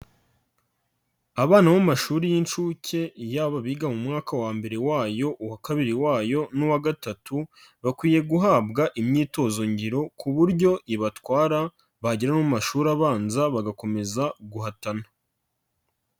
Abana bo mashuri y'inshuke yaba abiga mu mwaka wa mbere wayo, uwa kabiri wayo n'uwa gatatu, bakwiye guhabwa imyitozo ngiro ku buryo ibatwara bagera mu mashuri abanza bagakomeza guhatana.